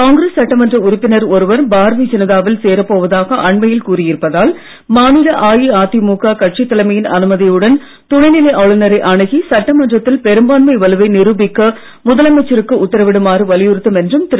காங்கிரஸ் சட்டமன்ற உறுப்பினர் ஒருவர் பாரதீய ஜனதாவில் சேரப் போவதாக அண்மையில் கூறியிருப்பதால் மாநில அஇஅதிமுக கட்சித் தலைமையின் அனுமதியுடன் துணை நிலை ஆளுநரை அணுகி சட்டமன்றத்தில் பெரும்பான்மை வலுவை நிருபிக்க முதலமைச்சருக்கு உத்தரவிடுமாறு வலியுறுத்தும் என்றும் திரு